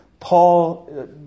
Paul